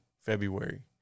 february